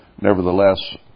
nevertheless